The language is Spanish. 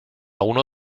uno